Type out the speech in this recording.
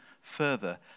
further